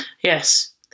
Yes